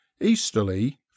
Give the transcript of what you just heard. Easterly